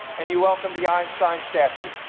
and you welcomed the einstein statue.